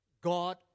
God